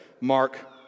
Mark